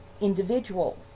individuals